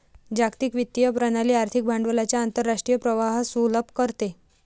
जागतिक वित्तीय प्रणाली आर्थिक भांडवलाच्या आंतरराष्ट्रीय प्रवाहास सुलभ करते